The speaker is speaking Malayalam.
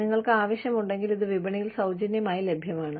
നിങ്ങൾക്ക് ആവശ്യമുണ്ടെങ്കിൽ ഇത് വിപണിയിൽ സൌജന്യമായി ലഭ്യമാണ്